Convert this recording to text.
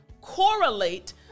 correlate